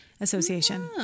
association